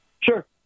Sure